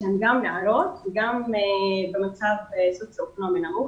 שהן גם נערות וגם במצב סוציו אקונומי נמוך.